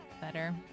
Better